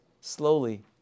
slowly